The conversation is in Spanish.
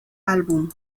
álbum